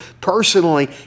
personally